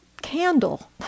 candle